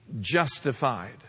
justified